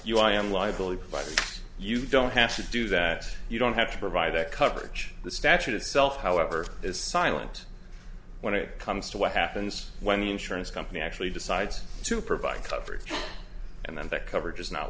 you i am liable if by that you don't have to do that you don't have to provide that coverage the statute itself however is silent when it comes to what happens when the insurance company actually decides to provide coverage and then that coverage is not